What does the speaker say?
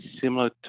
similar